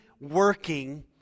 working